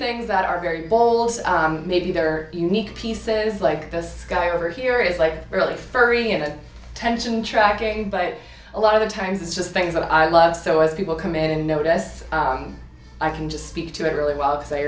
things that are very bold maybe they're unique pieces like this guy over here is like really furry in a tension tracking but a lot of times it's just things that i love so as people come in and notice i can just speak to it really well because